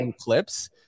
clips